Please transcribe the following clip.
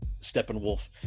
Steppenwolf